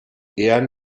ehren